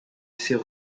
seu